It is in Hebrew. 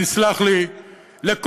תסלח לי,